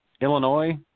Illinois